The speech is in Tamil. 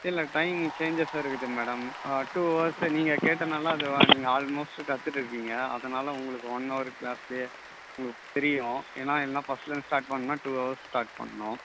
இல்லை டைமிங் சேஞ்சஸும் இருக்குது மேடம் டூ ஹவர்ஸு நீங்கள் கேட்டனால் அது நீங்கள் ஆல்மோஸ்ட் கற்றுட்டு இருக்கீங்க அதனால் உங்களுக்கு ஒன் ஹவர் க்ளாஸ்லேயே உங்களுக்கு தெரியும் ஏன்னால் எல்லாம் ஃபர்ஸ்ட்லிருந்து ஸ்டார்ட் பண்ணுன்னால் டூ ஹவர்ஸ் ஸ்டார்ட் பண்ணணும்